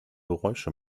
geräusche